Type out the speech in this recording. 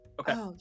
Okay